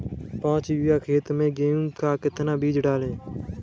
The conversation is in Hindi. पाँच बीघा खेत में गेहूँ का कितना बीज डालें?